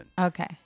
Okay